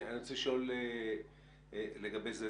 אני רוצה לשאול לגבי זה,